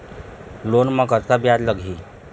Loan म कतका ब्याज लगही?